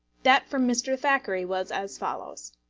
that from mr. thackeray was as follows